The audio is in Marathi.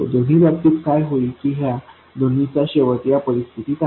दोन्ही बाबतीत काय होईल की ह्या दोन्ही चा शेवट या परिस्थितीत आहे